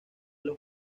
los